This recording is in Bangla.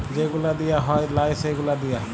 যে গুলা দিঁয়া হ্যয় লায় সে গুলা দিঁয়া